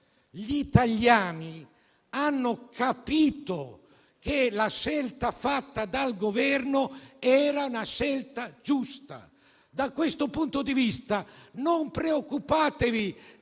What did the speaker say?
gli italiani hanno capito che la scelta fatta dal Governo era giusta. Da questo punto di vista, non preoccupatevi dei